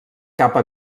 capa